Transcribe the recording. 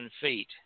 feet